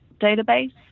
database